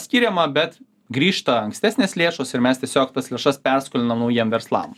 skiriama bet grįžta ankstesnės lėšos ir mes tiesiog tas lėšas perskolinam naujiem verslam